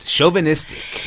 Chauvinistic